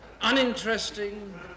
uninteresting